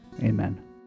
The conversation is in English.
Amen